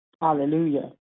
hallelujah